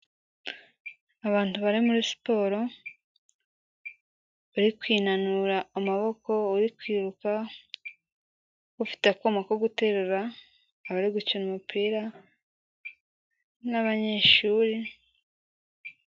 Abantu bari muri siporo, bari kwinanura amaboko, uri kwiruka, ufite akuma ko guterura, abari gukina umupira n'abanyeshuri...